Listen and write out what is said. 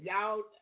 y'all